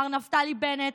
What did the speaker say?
מר נפתלי בנט,